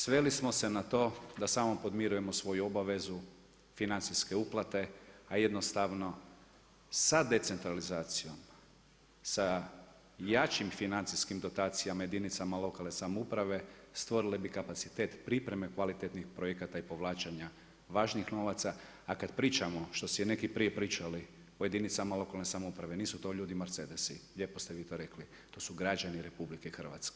Sveli smo se na to da smo podmirujemo svoju obavezu, financijske uplate a jednostavno sa decentralizacijom, sa jačim financijskim dotacijama jedinicama lokalne samouprave, stvorili bi kapacitet pripreme kvalitetnih projekata i povlačenja važnih novaca a kad pričamo što su i neki prije pričali o jedinicama lokalne samouprave, nisu to ljudi Mercedesi, lijepo ste vi to rekli, to su građani RH.